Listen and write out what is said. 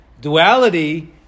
Duality